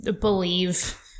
believe